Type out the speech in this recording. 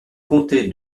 comté